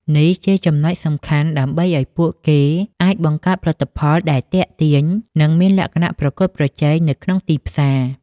នេះជាចំណុចសំខាន់ដើម្បីឱ្យពួកគេអាចបង្កើតផលិតផលដែលទាក់ទាញ និងមានលក្ខណៈប្រកួតប្រជែងនៅក្នុងទីផ្សារ។